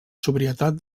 sobrietat